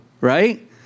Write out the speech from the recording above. right